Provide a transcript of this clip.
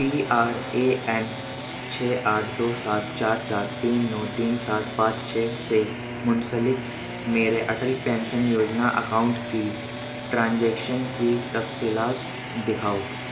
P R A N چھ آٹھ دو سات چار چار تین نو تین سات پانچ چھ سے منسلک میرے اٹل پینشن یوجنا اکاؤنٹ کی ٹرانجیکشن کی تفصیلات دکھاؤ